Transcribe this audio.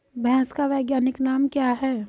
भैंस का वैज्ञानिक नाम क्या है?